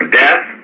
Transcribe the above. death